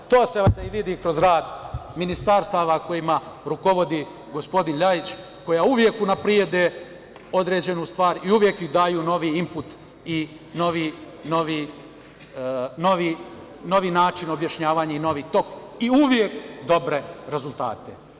To se i vidi kroz rad ministarstava kojima rukovodi gospodin LJajić, koja uvek unaprede određenu stvar i uvek im daju novi input i novi način objašnjavanja i novi tok u uvek dobre rezultate.